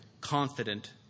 confident